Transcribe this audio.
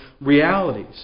realities